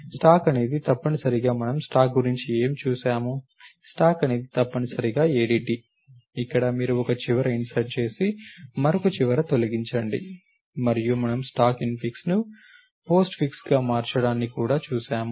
stock అనేది తప్పనిసరిగా మనము స్టాక్ గురించి ఏమి చూసాము స్టాక్ అనేది తప్పనిసరిగా ADT ఇక్కడ మీరు ఒక చివర ఇన్సర్ట్ చేసి మరొక చివర తొలగించండి మరియు మనము స్టాక్ ఇన్ఫిక్స్ను పోస్ట్ఫిక్స్గా మార్చడాన్ని కూడా చూశాము